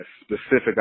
specific